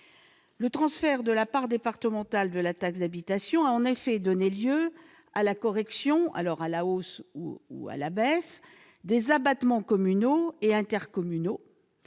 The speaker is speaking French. Le transfert de la part départementale de la taxe d'habitation a en effet donné lieu à la correction, à la hausse ou à la baisse, des abattements communaux et intercommunaux,